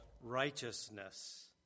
righteousness